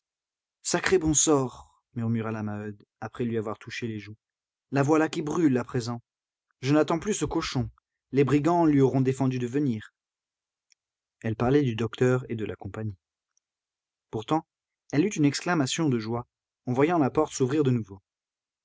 sacré bon sort murmura la maheude après lui avoir touché les joues la voilà qui brûle à présent je n'attends plus ce cochon les brigands lui auront défendu de venir elle parlait du docteur et de la compagnie pourtant elle eut une exclamation de joie en voyant la porte s'ouvrir de nouveau